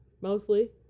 mostly